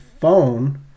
phone